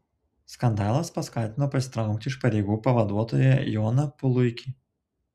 skandalas paskatino pasitraukti iš pareigų pavaduotoją joną puluikį